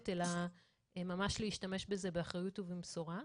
אלא ממש להשתמש בזה באחריות ובמשורה.